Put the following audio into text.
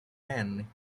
anne